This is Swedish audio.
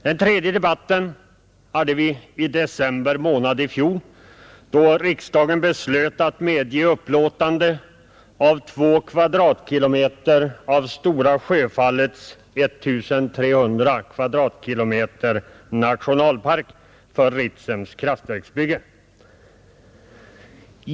Den tredje debatten hade vi i december månad i fjol, då riksdagen beslöt att medge upplåtande av 2 kvadratkilometer av Stora Sjöfallets 1 300 kvadratkilometer nationalpark för Ritsems kraftverksbygge.